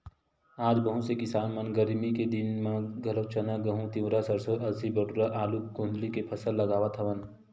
आज बहुत से किसान मन गरमी के दिन म घलोक चना, गहूँ, तिंवरा, सरसो, अलसी, बटुरा, आलू, गोंदली के फसल लगावत हवन